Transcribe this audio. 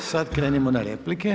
E, sad krenimo na replike.